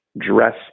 dress